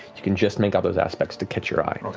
you can just make out those aspects to catch your eye.